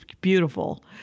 beautiful